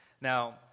Now